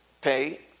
pay